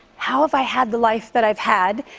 how have i had the life that i've had?